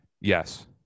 Yes